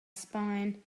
spine